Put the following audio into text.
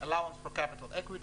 for capital equity,